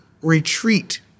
retreat